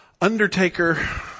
undertaker